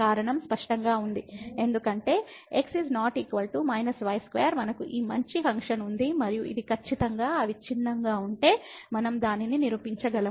కారణం స్పష్టంగా ఉంది ఎందుకంటే x ≠ y2 మనకు ఈ మంచి ఫంక్షన్ ఉంది మరియు ఇది ఖచ్చితంగా అవిచ్ఛిన్నంగా ఉంటే మనం దానిని నిరూపించగలము